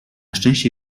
szczęście